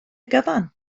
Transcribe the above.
gyfan